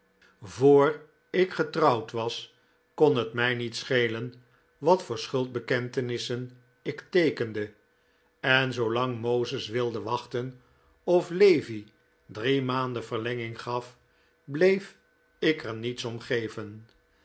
voor ik getrouwd was icon het mij niet schelen wat voor schuldbekentenissen ik teekende en zoolang moses wilde wachten of levy drie maanden verlenging gaf bleef ik er niets om